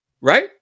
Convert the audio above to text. right